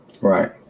Right